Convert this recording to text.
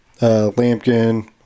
Lampkin